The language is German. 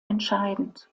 entscheidend